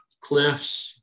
cliffs